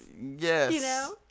Yes